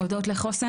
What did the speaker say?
הודות לחוסן,